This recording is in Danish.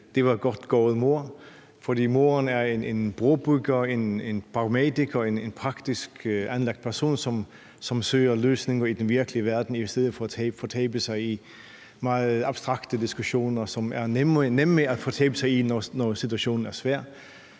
Det var godt gået, mor. For moren er en brobygger, en pragmatiker, en praktisk anlagt person, som søger løsninger i den virkelige verden i stedet for at fortabe sig i meget abstrakte diskussioner, som er nemme at fortabe sig i, når situationen er svær.